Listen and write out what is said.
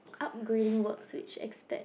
upgrading work which estate